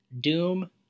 doom